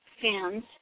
fans